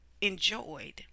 Enjoyed